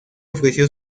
ofreció